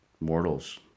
mortals